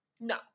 No